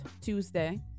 Tuesday